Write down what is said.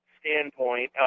standpoint